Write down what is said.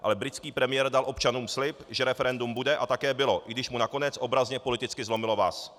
Ale britský premiér dal občanům slib, že referendum bude, a také bylo, i když mu nakonec obrazně politicky zlomilo vaz.